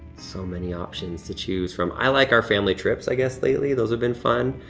so many options to choose from, i like our family trips, i guess, lately, those have been fun.